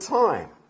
time